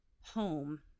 home